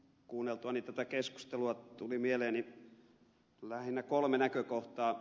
kuunneltuani tätä keskustelua tuli mieleeni lähinnä kolme näkökohtaa